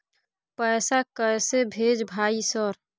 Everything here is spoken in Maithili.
पैसा कैसे भेज भाई सर?